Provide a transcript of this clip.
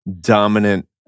dominant